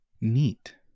neat